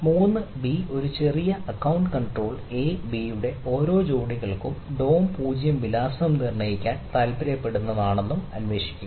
മൂന്ന് ബി ഒരു ചെറിയ അക്കൌണ്ട് കൺട്രോൾ എ ബി യുടെ ഓരോ ജോഡികൾക്കും ഡോം 0 വിലാസം നിർണ്ണയിക്കാൻ താൽപ്പര്യപ്പെടുന്നതെന്താണെന്ന് അന്വേഷിക്കുക